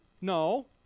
No